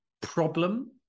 problem